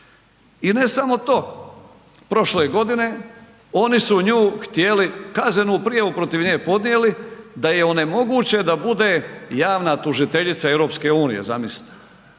I ne samo to, prošle je godine, oni su nju htjeli, kaznenu prijavu protiv nje podnijeli, da je onemoguće da bude javna tužiteljica EU-a, zamislite.